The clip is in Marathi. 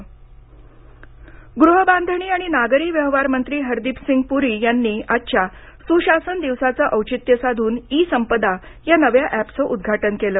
ई संपदा गृह बांधणी आणि नागरी व्यवहार मंत्री हरदीप सिंग पुरी यांनी आजच्या सुशासन दिवसाचं औचित्य साधून ई संपदा या नव्या एपचं उद्घाटन केलं